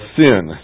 sin